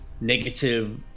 negative